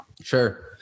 Sure